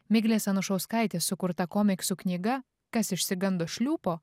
miglės anušauskaitės sukurta komiksų knyga kas išsigando šliūpo